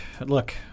Look